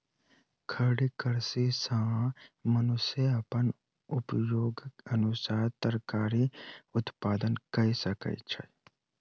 खड़ी कृषि सॅ मनुष्य अपन उपयोगक अनुसार तरकारी उत्पादन कय सकै छै